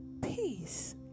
peace